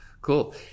Cool